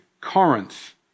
Corinth